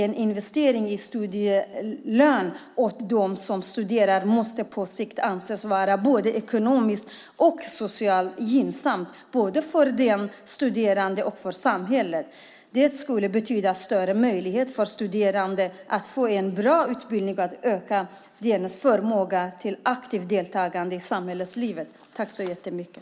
En investering i studielön åt dem som studerar måste på sikt anses vara ekonomiskt och socialt gynnsamt, både för den studerande och för samhället. Det skulle betyda större möjligheter för studerande att få en bra utbildning och öka deras förmåga till ett aktivt deltagande i samhällslivet.